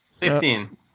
fifteen